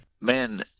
Man